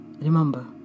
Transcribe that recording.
remember